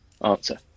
answer